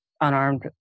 unarmed